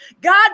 God